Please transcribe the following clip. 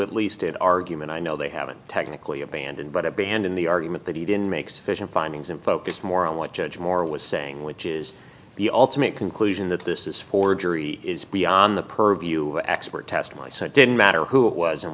at least it argument i know they haven't technically abandoned but abandon the argument that he didn't make sufficient findings and focus more on what judge moore was saying which is the ultimate conclusion that this is forgery is beyond the purview expert testimony so it didn't matter who it was o